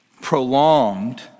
Prolonged